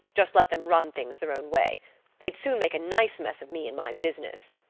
just let them run things their own way they'd soon make a nice mess of me and my business.